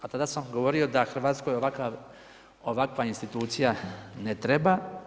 A tada sam govorio da Hrvatskoj, ovakva institucija ne treba.